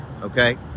okay